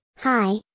Hi